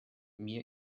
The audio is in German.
mir